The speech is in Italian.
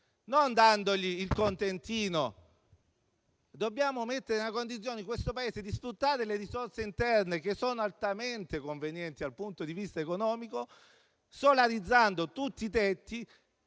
non dando contentini. Dobbiamo mettere questo Paese in condizione di sfruttare le risorse interne, che sono altamente convenienti dal punto di vista economico, solarizzando tutti i tetti